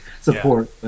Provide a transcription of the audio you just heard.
support